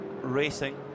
racing